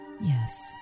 Yes